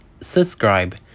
Subscribe